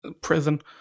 Prison